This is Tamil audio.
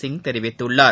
சிங் தெரவித்துள்ளார்